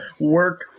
work